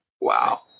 Wow